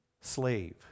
slave